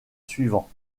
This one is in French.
suivant